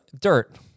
Dirt